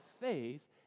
faith